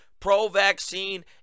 pro-vaccine